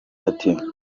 ati